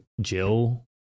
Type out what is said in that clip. Jill